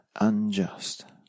unjust